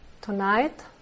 Tonight